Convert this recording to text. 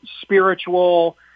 spiritual